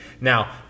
Now